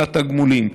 אל התגמולים.